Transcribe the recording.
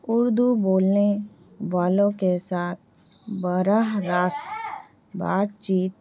اردو بولنے والوں کے ساتھ برہ راست بات چیت